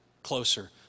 closer